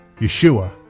Yeshua